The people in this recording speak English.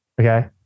Okay